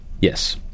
Yes